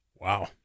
Wow